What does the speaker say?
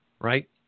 right